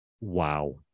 Wow